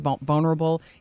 vulnerable